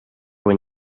when